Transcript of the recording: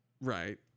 right